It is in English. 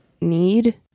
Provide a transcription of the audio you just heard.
need